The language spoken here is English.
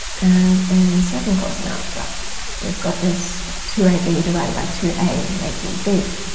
and in second course in algebra we've got this two ab divided by two a making b.